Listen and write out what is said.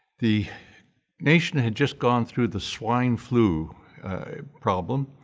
the nation had just gone through the swine flu problem,